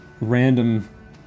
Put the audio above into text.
random